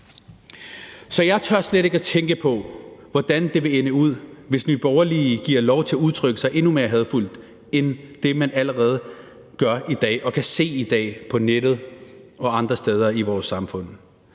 Så jeg tør slet ikke tænke på, hvordan det vil ende, hvis Nye Borgerlige giver lov til at udtrykke sig endnu mere hadefuldt end det, man allerede gør i dag, og som vi kan se i dag på nettet og andre steder i vores samfund.